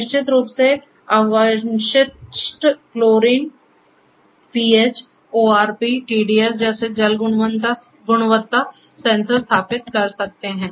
हम निश्चित रूप से अवशिष्ट क्लोरीन पीएच ओआरपी टीडीएस जैसे जल गुणवत्ता सेंसर स्थापित कर सकते हैं